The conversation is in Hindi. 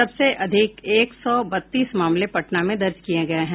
सबसे अधिक एक सौ बत्तीस मामले पटना में दर्ज किये गये हैं